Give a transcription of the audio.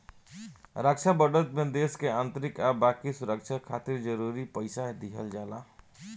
रक्षा budget में देश के आंतरिक आ बाकी सुरक्षा खातिर जरूरी पइसा दिहल जाला